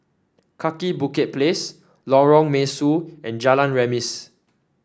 Kaki Bukit Place Lorong Mesu and Jalan Remis